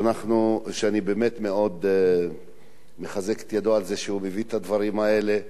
ואני באמת מאוד מחזק את ידיו שהוא מביא את הדברים האלה,